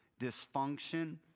Dysfunction